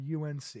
UNC